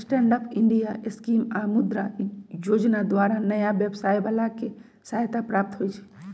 stand up India scheme आऽ मुद्रा जोजना द्वारा नयाँ व्यवसाय बला के सहायता प्राप्त होइ छइ